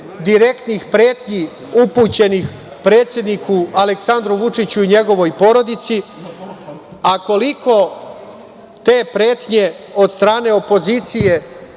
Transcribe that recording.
direktnih pretnji upućenih predsedniku Aleksandru Vučiću i njegovoj porodici, a koliko te pretnje od strane opozicije